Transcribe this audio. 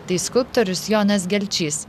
tai skulptorius jonas gelčys